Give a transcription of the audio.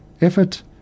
effort